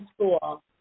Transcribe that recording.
school